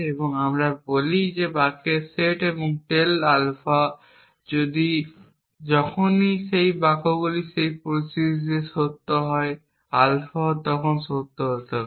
এবং আমরা বলি যে বাক্যের সেট এবং টেল আলফা যদি যখনই সেই বাক্যগুলি সেই পরিস্থিতিতে সত্য হয় আলফাও সত্য হতে হবে